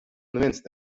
neviens